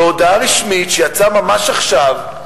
בהודעה רשמית שיצאה ממש עכשיו,